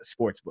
Sportsbook